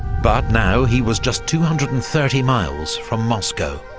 but now he was just two hundred and thirty miles from moscow.